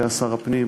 שהיה שר הפנים,